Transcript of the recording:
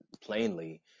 plainly